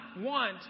want